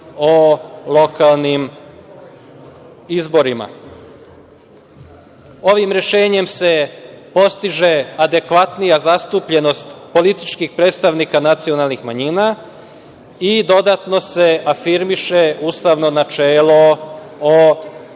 o lokalnim izborima. Ovim rešenjem se postiže adekvatnija zastupljenost političkih predstavnika nacionalnih manjina i dodatno se afirmiše ustavno načelo o